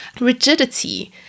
rigidity